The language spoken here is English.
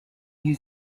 new